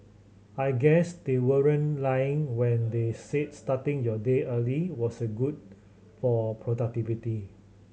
I guess they weren't lying when they said starting your day early was good for productivity